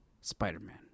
spider-man